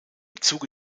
zuge